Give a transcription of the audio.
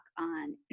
on